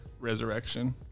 Resurrection